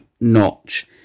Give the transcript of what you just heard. notch